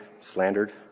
slandered